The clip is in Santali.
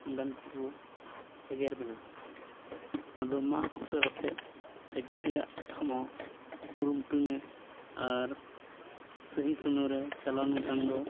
ᱚᱸᱰᱮᱱ ᱠᱚᱠᱚ ᱮᱜᱮᱨ ᱠᱟᱱᱟ ᱟᱫᱚ ᱢᱟ ᱩᱥᱟᱹᱨᱟᱛᱮ ᱦᱤᱡᱩᱜ ᱨᱮᱭᱟᱜ ᱟᱢᱦᱚᱸ ᱠᱩᱨᱩᱢᱩᱴᱩᱭ ᱢᱮ ᱟᱨ ᱥᱟᱹᱦᱤ ᱥᱚᱢᱚᱭ ᱨᱮ ᱪᱟᱞᱟᱣ ᱞᱮᱱᱠᱷᱟᱱ ᱫᱚ